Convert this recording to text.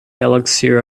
elixir